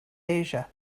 asia